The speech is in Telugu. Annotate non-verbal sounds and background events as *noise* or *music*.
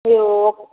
*unintelligible*